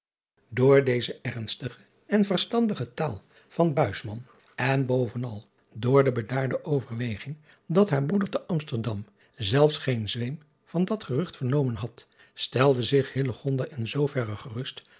oor deze ernstige en verstandige taal van en bovenal door de bedaarde overweging dat haar broeder te msterdam zelfs geen zweem van dat gerucht vernomen had stelde zich in zooverre gerust